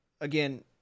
again